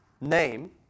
name